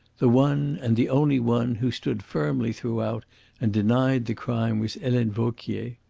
the one, and the only one, who stood firmly throughout and denied the crime was helene vauquier.